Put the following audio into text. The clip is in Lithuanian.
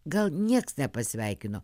gal nieks nepasveikino